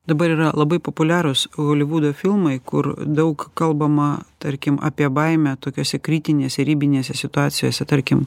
dabar yra labai populiarūs holivudo filmai kur daug kalbama tarkim apie baimę tokiose kritinėse ribinėse situacijose tarkim